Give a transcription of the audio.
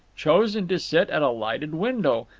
chosen to sit at a lighted window,